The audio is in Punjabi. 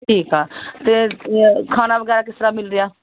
ਠੀਕ ਆ ਅਤੇ ਅਯੈ ਖਾਣਾ ਵਗੈਰਾ ਕਿਸ ਤਰ੍ਹਾਂ ਮਿਲ ਰਿਹਾ